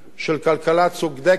של כלכלה צודקת,